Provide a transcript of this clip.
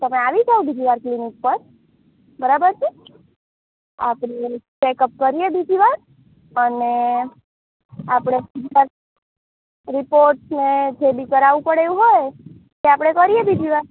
અ તમે આવી જાવ બીજીવાર ક્લિનિક પર બરાબર છે આપણે ચેકઅપ કરીએ બીજીવાર અને આપણે રીપોર્ટ ને જે બી કરાવવું પડે એવું હોય એ આપણે કરીએ બીજીવાર